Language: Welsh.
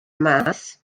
mas